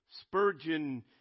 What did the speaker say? Spurgeon